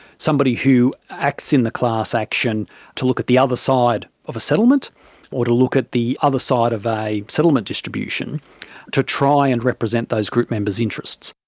somebody who acts in the class action to look at the other side of a settlement or to look at the other side of a settlement distribution to try and represent those group members' interests.